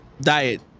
diet